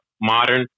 modern